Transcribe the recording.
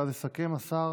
ואז יסכם השר